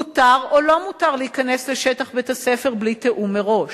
מותר או לא מותר להיכנס שטח בית-הספר בלי תיאום מראש?